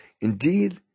Indeed